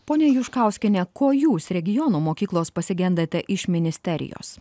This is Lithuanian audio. ponia juškauskiene ko jūs regiono mokyklos pasigendate iš ministerijos